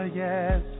yes